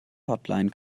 hotline